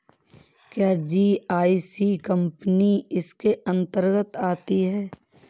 क्या GIC company इसके अन्तर्गत आती है?